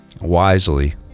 wisely